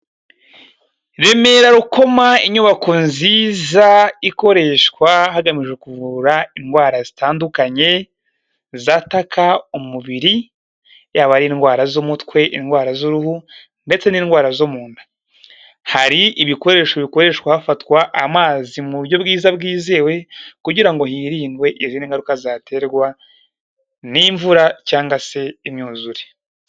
Remera Rukoma inyubako nziza ikoreshwa hagamijwe kuvura indwara zitandukanye, zatakaka umubiri, yaba ari indwara z'umutwe, indwara z'uruhu ndetse n'indwara zo mu nda, hari ibikoresho bikoreshwa hafatwa amazi mu buryo bwiza bwizewe kugira ngo hirindwe izindi ngaruka zaterwa n'imvura cyangwa se imyuzure.